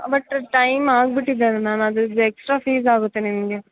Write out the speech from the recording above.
but time ಆಗಿಬಿಟ್ಟಿದೆ ಅಲ್ಲ ma'am ಅದ್ರದ್ದು ಎಕ್ಸ್ಟ್ರಾ ಫೀಸ್ ಆಗುತ್ತೆ ನಿಮಗೆ